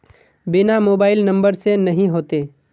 बिना mobile number से नहीं होते?